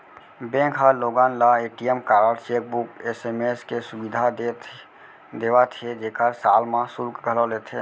bank ह लोगन ल ए.टी.एम कारड, चेकबूक, एस.एम.एस के सुबिधा देवत हे जेकर साल म सुल्क घलौ लेथे